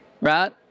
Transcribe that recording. right